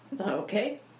Okay